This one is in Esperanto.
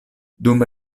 dum